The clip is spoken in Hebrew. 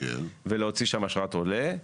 ולהוציא שם אשרת עולה,